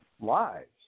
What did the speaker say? lives